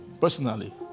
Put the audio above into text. Personally